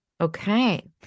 Okay